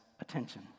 attention